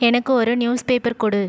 எனக்கு ஒரு நியூஸ்பேப்பர் கொடு